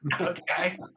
okay